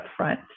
upfront